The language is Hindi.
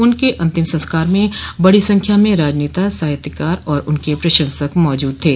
उनके अंतिम संस्कार में बड़ी संख्या में राजनेता साहित्यकार और उनके प्रशंसक मौजूद थे